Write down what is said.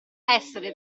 essere